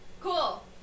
Cool